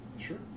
Sure